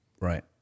Right